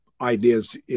ideas